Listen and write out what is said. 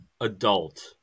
adult